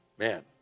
Man